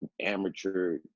amateur